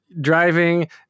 driving